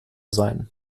sein